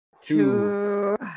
Two